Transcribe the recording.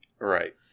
Right